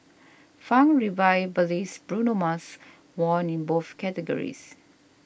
funk revivalist Bruno Mars won in both categories